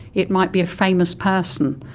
it might be a famous person.